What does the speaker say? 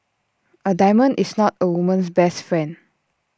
A diamond is not A woman's best friend